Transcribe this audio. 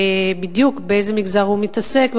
בדיוק באיזה מגזר הוא מתעסק,